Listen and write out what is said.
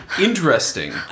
interesting